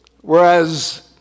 whereas